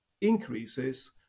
increases